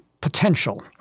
potential